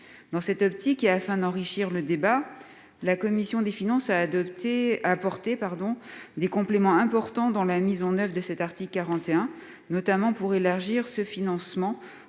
Dans cette optique, et afin d'enrichir le débat, la commission des finances a apporté des compléments importants dans la mise en oeuvre de cet article 41, notamment pour élargir ces financements